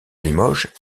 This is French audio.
limoges